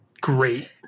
great